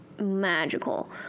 magical